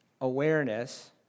awareness